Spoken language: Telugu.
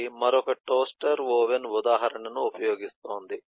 ఇది మరొక టోస్టర్ ఓవెన్ ఉదాహరణను ఉపయోగిస్తోంది